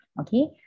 okay